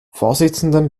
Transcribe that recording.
vorsitzenden